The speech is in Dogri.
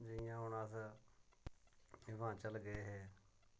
जियां हून अस हिमाचल गे हे